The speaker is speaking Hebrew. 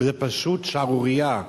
זאת פשוט שערורייה.